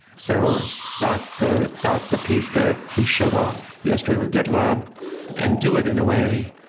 so that's the that's the piece that we showed off yesterday with gitlab and do it in a way,